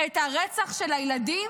את הרצח של הילדים?